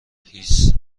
هیس